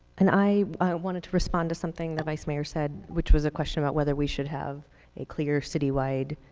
and i wanted to respond to something the vice mayor said which was a question about whether we should have a clear citywide